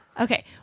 Okay